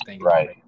Right